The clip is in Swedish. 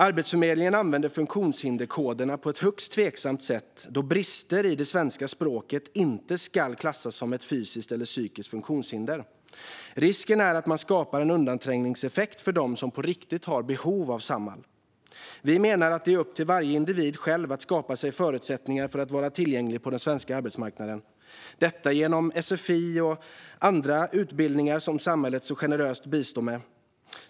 Arbetsförmedlingen använder funktionshinderskoderna på ett högst tveksamt sätt, då brister i det svenska språket inte ska klassas som ett fysiskt eller psykiskt funktionshinder. Risken är att man skapar en undanträngningseffekt för dem som på riktigt har behov av Samhall. Vi menar att det är upp till varje individ att själv skapa sig förutsättningar för att vara tillgänglig på den svenska arbetsmarknaden. Detta kan ske genom sfi och alla andra utbildningar som samhället generöst bistår med.